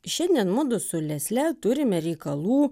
šiandien mudu su lesle turime reikalų